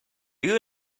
you